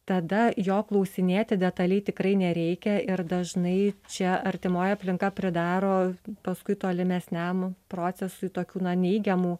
tada jo klausinėti detaliai tikrai nereikia ir dažnai čia artimoji aplinka pridaro paskui tolimesniam procesui tokių na neigiamų